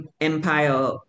empire